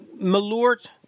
Malort